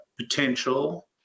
potential